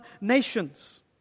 nations